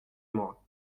moi